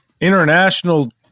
international